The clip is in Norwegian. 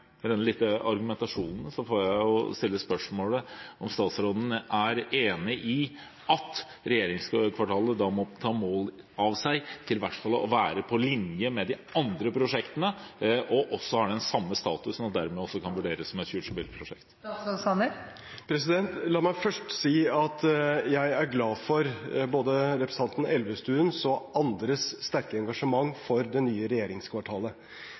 Med denne argumentasjonen får jeg stille spørsmålet: Er statsråden enig i at man for regjeringskvartalet må ta mål av seg til at det i hvert fall skal være på linje med de andre prosjektene, ha den samme statusen, og at det dermed også skal kunne vurderes som et FutureBuilt-prosjekt? La meg først si at jeg er glad for både representanten Elvestuens og andres sterke engasjement for det nye regjeringskvartalet.